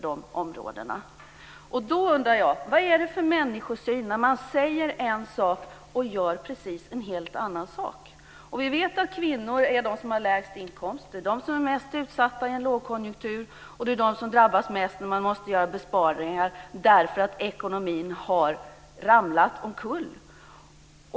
Då undrar jag: Vad är det för människosyn när man säger en sak och gör precis en helt annan sak? Vi vet att kvinnor har lägst inkomster, att de är mest utsatta i en lågkonjunktur och att det är de som drabbas mest när man måste göra besparingar därför att ekonomin så att säga har ramlat omkull.